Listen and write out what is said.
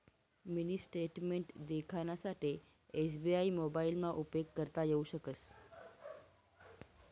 mini statement देखानासाठे SBI मोबाइलना उपेग करता येऊ शकस